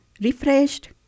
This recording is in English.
refreshed